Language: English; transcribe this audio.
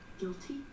guilty